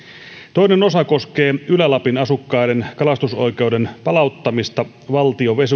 toinen osa koskee ylä lapin asukkaiden kalastusoikeuden palauttamista valtion